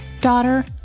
Daughter